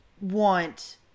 want